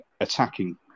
attacking